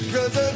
Cause